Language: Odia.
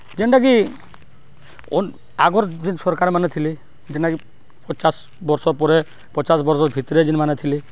ଯେନ୍ଟାକି ଆଗର୍ ଯେନ୍ ସର୍କାର୍ମାନେ ଥିଲେ ଯେନ୍ଟାକି ପଚାଶ୍ ବର୍ଷ ପରେ ପଚାଶ୍ ବର୍ଷ ଭିତ୍ରେ ଯେନ୍ମାନେ ଥିଲେ